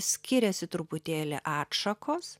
skiriasi truputėlį atšakos